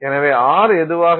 எனவே r எதுவாக இருந்தாலும்